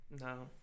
No